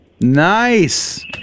Nice